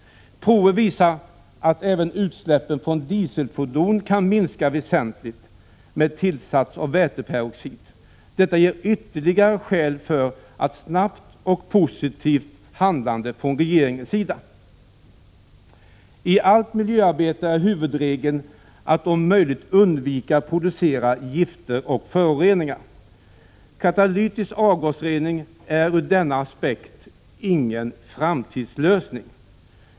Prover visar att även utsläppen från dieselfordon kan minskas väsentligt med tillsats av väteperoxid. Detta ger ytterligare skäl för ett snabbt och positivt handlande från regeringens sida. I allt miljöarbete är huvudregeln att om möjligt undvika att producera gifter och föroreningar. Katalytisk avgasrening är ur denna aspekt ingen framtidslösning.